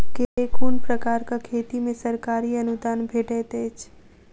केँ कुन प्रकारक खेती मे सरकारी अनुदान भेटैत अछि?